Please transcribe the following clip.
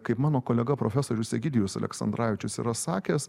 kaip mano kolega profesorius egidijus aleksandravičius yra sakęs